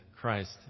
Christ